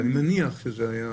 אבל נניח שזה היה.